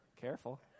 Careful